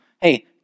Hey